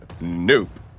Nope